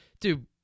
dude